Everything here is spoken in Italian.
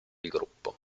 gruppo